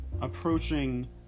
approaching